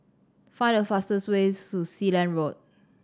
find the fastest way to Sealand Road